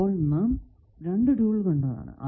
അപ്പോൾ നാം രണ്ടു ടൂൾ കണ്ടതാണ്